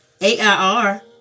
A-I-R